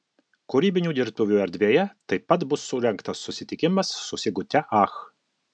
kūrybinių dirbtuvių erdvėje taip pat bus surengtas susitikimas su sigute ach